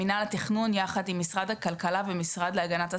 מנהל התכנון יחד עם משרד הכלכלה והמשרד להגנת הסביבה,